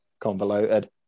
convoluted